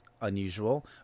unusual